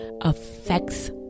affects